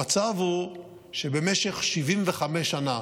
המצב הוא שבמשך 75 שנה,